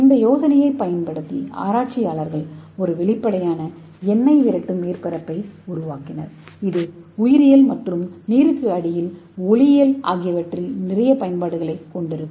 இந்த யோசனையைப் பயன்படுத்தி ஆராய்ச்சியாளர்கள் ஒரு வெளிப்படையான எண்ணெய் விரட்டும் மேற்பரப்பை உருவாக்கினர் இது உயிரியல் மற்றும் நீருக்கடியில் ஒளியியல் ஆகியவற்றில் நிறைய பயன்பாடுகளைக் கொண்டிருக்கும்